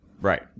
Right